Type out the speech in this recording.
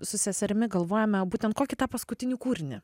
su seserimi galvojome būtent kokį tą paskutinį kūrinį